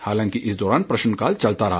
हालांकि इस दौरान प्रश्नकाल चलता रहा